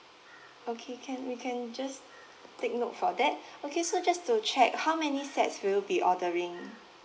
okay can we can just take note for that okay so just to check how many sets will you be ordering